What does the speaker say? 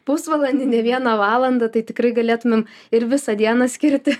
pusvalandį ne vieną valandą tai tikrai galėtumėm ir visą dieną skirti